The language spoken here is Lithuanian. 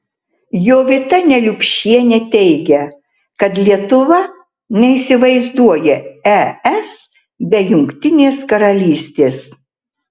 jovita neliupšienė teigia kad lietuva neįsivaizduoja es be jungtinės karalystės